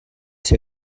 ser